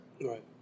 Right